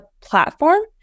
platform